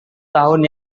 tahun